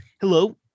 Hello